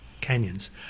canyons